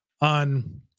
on